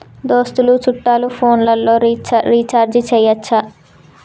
దోస్తులు చుట్టాలు ఫోన్లలో రీఛార్జి చేయచ్చా?